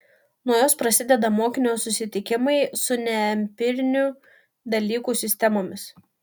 nuo jos prasideda mokinio susitikimai su neempirinių dalykų sistemomis